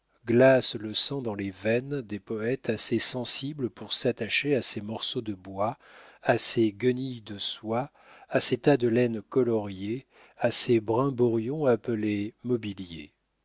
glace le sang dans les veines des poètes assez sensibles pour s'attacher à ces morceaux de bois à ces guenilles de soie à ces tas de laine coloriée à ces brimborions appelés mobilier